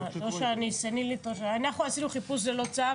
או שאני סנילית או --- אנחנו עשינו חיפוש ללא צו,